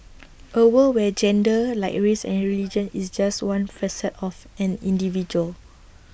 A world where gender like race and religion is just one facet of an individual